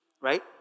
right